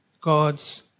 God's